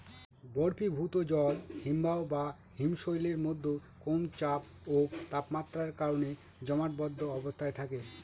বরফীভূত জল হিমবাহ বা হিমশৈলের মধ্যে কম চাপ ও তাপমাত্রার কারণে জমাটবদ্ধ অবস্থায় থাকে